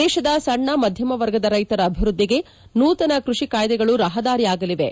ದೇಶದ ಸಣ್ಣ ಮಧ್ಯಮ ವರ್ಗದ ರೈತರ ಅಭಿವೃದ್ಧಿಗೆ ನೂತನ ಕೃಷಿ ಕಾಯ್ದೆಗಳು ರಹದಾರಿಯಾಗಲಿವೆ